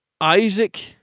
Isaac